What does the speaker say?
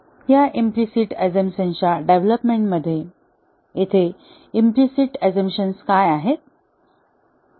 या इम्प्लिसिट असम्पशनच्या डेव्हलोपमेंटमध्ये येथे इम्प्लिसिट गृहीतके काय आहे